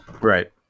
Right